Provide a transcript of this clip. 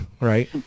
Right